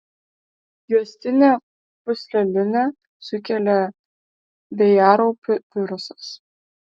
juostinę pūslelinę sukelia vėjaraupių virusas